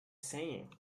singing